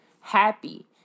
happy